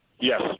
Yes